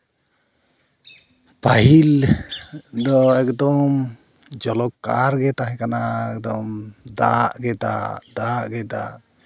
ᱯᱟᱹᱦᱤᱞ ᱫᱚ ᱮᱠᱫᱚᱢ ᱡᱚᱞᱚᱠᱟᱨ ᱜᱮ ᱛᱟᱦᱮᱸ ᱠᱟᱱᱟ ᱮᱠᱫᱚᱢ ᱫᱟᱜ ᱜᱮ ᱫᱟᱜ ᱫᱟᱜ ᱜᱮ ᱫᱟᱜ